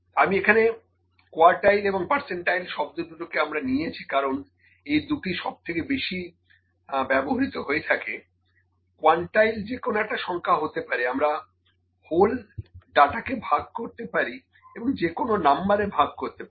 আমি এখানে কোয়ার্টাইল এবং পার্সেন্টাইল শব্দ দুটোকে আমরা নিয়েছি কারণ এই দুটি সব থেকে বেশি ব্যবহৃত হয়ে থাকে কোয়ানটাইল যেকোনো একটা সংখ্যা হতে পারে আমরা হোল ডাটাকে ভাগ করতে পারি এবং যে কোনো নম্বরে ভাগ করতে পারি